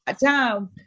down